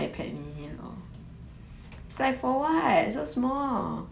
ipad mini so cute